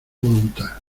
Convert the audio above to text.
voluntad